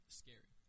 scary